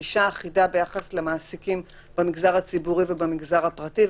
גישה אחידה ביחס למעסיקים במגזר הציבורי ובמגזר הפרטי,